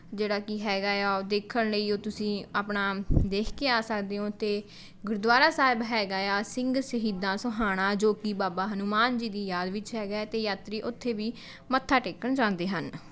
ਜਿਹੜਾ ਕਿ ਹੈਗਾ ਆ ਉਹ ਦੇਖਣ ਲਈ ਉਹ ਤੁਸੀਂ ਆਪਣਾ ਦੇਖ ਕੇ ਆ ਸਕਦੇ ਹੋ ਅਤੇ ਗੁਰਦੁਆਰਾ ਸਾਹਿਬ ਹੈਗਾ ਆ ਸਿੰਘ ਸ਼ਹੀਦਾਂ ਸੁਹਾਣਾ ਜੋ ਕਿ ਬਾਬਾ ਹਨੂੰਮਾਨ ਜੀ ਦੀ ਯਾਦ ਵਿੱਚ ਹੈਗਾ ਹੈ ਅਤੇ ਯਾਤਰੀ ਉੱਥੇ ਵੀ ਮੱਥਾ ਟੇਕਣ ਜਾਂਦੇ ਹਨ